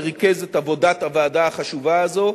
שריכז את עבודת הוועדה החשובה הזו.